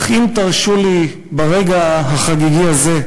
אך אם תרשו לי ברגע החגיגי הזה,